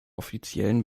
offiziellen